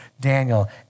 Daniel